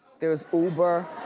there's uber,